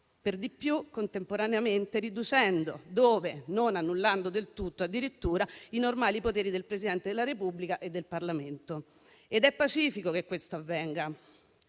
per di più contemporaneamente riducendo - dove non annullando del tutto, addirittura - i normali poteri del Presidente della Repubblica e del Parlamento. Ed è pacifico che questo avvenga,